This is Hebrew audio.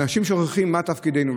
אנשים שוכחים מה תפקידנו.